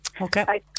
Okay